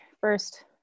first